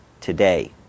today